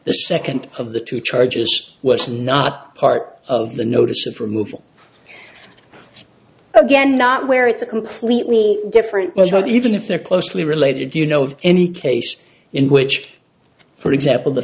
the second of the two charges was not part of the notice of removal again not where it's a completely different well hold even if they're closely related you know of any case in which for example the